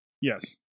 Yes